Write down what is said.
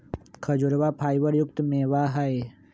खजूरवा फाइबर युक्त मेवा हई